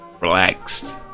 relaxed